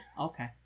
Okay